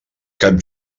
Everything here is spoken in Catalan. cap